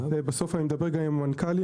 אני מדבר גם עם המנכ"לים,